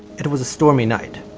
it it was a stormy night,